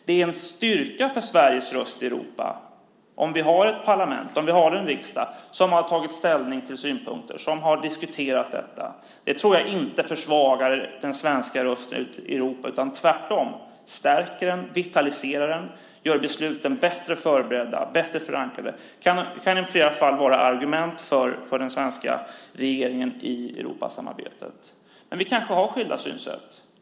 Det är en styrka för Sveriges röst i Europa om vi har ett parlament, en riksdag, som har tagit ställning till synpunkter och som har diskuterat detta. Det tror jag inte försvagar den svenska rösten i Europa, utan tvärtom stärker och vitaliserar det den och gör besluten bättre förberedda och bättre förankrade. Det kan i flera fall vara argument för den svenska regeringen i Europasamarbetet. Kanske har vi skilda synsätt.